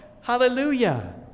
Hallelujah